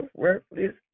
worthless